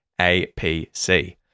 APC